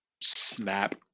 Snap